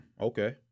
Okay